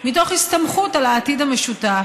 מתוך הסתמכות על העתיד המשותף.